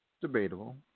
debatable